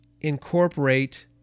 incorporate